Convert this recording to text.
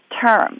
term